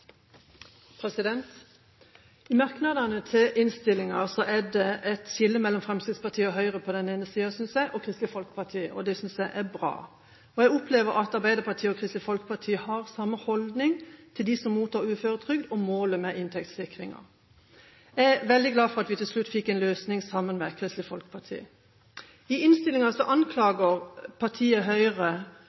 det et skille mellom Fremskrittspartiet og Høyre på den ene siden, synes jeg, og Kristelig Folkeparti på den andre, og det synes jeg er bra. Jeg opplever at Arbeiderpartiet og Kristelig Folkeparti har samme holdning til dem som mottar uføretrygd, og til målet med inntektssikringen. Jeg er veldig glad for at vi til slutt fikk en løsning sammen med Kristelig Folkeparti. I innstillingen anklager Høyre